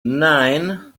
nine